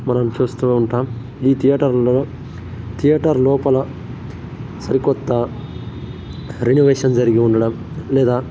మనం చూస్తూ ఉంటాం ఈ థియేటర్లో థియేటర్ లోపల సరికొత్త రెన్యువేషన్ జరిగి ఉండడం లేదా